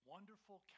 Wonderful